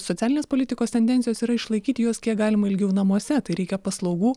socialinės politikos tendencijos yra išlaikyti juos kiek galima ilgiau namuose tai reikia paslaugų